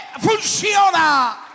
funciona